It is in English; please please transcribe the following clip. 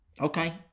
Okay